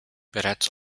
bereits